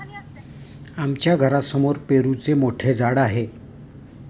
आमच्या घरासमोर पेरूचे मोठे झाड आहे